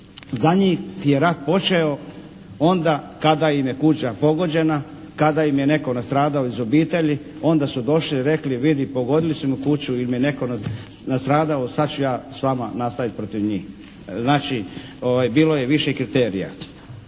za njih je rat počeo onda kada im je kuća pogođena, kada im je netko nastradao iz obitelji. Onda su došli, rekli, vidi pogodili su mi kuću ili mi je netko nastradao sad ću ja s vama nastaviti protiv njih. Znači, bilo je više kriterija.